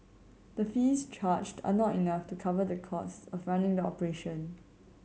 the fees charged are not enough to cover the cost of running the operation